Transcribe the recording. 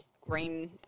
Green